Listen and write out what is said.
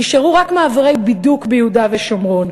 נשארו רק מעברי בידוק ביהודה ושומרון.